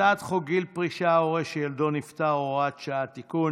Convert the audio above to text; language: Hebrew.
הצעת חוק גיל פרישה (הורה שילדו נפטר) (הוראת שעה) (תיקון),